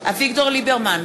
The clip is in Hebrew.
אביגדור ליברמן,